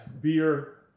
beer